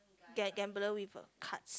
ga~ gambler with uh cards